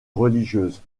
religieuses